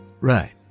Right